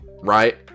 right